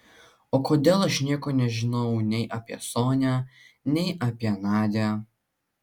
o kodėl aš nieko nežinojau nei apie sonią nei apie nadią